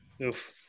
Oof